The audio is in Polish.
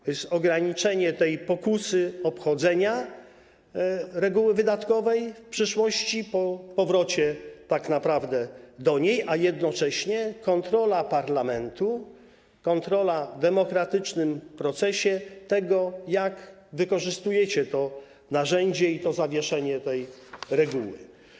To jest ograniczenie pokusy obchodzenia reguły wydatkowej w przyszłości, po powrocie tak naprawdę do niej, a jednocześnie kontrola parlamentu, kontrola w demokratycznym procesie tego, jak wykorzystujecie to narzędzie i zawieszenie tej reguły.